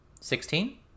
Sixteen